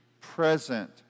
present